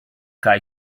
guy